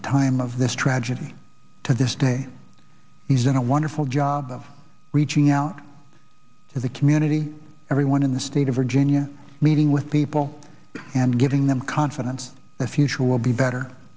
the time of this tragedy to this day he's in a wonderful job of reaching out to the community everyone in the state of virginia meeting with people and giving them confidence the future will be better